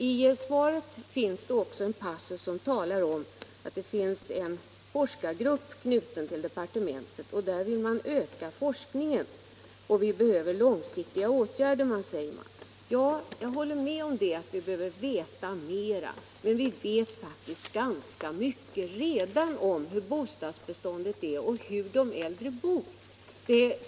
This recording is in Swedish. I svaret sägs också att det finns en forskargrupp knuten till departementet, och man vill öka forskningen för att få fram långsiktiga åtgärder. Jag håller med om att vi behöver veta mera, men vi vet faktiskt redan ganska mycket om hurudant bostadsbeståndet är och hur de äldre bor.